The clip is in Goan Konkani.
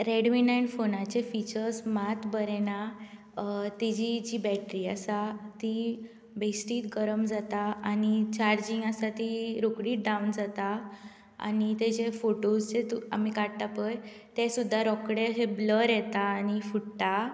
रेड मी नायन फोनाचे फिचर्स मात बरे नात तेजी जी बॅटरी आसा ती बेश्तीच गरम जाता आनी चार्जींग आसा ती रोखडीच डावन जाता आनी तेजे फोटोज जे आमी काडटा पय ते सुद्धा रोखडे अहे ब्लर येता आनी फुट्टा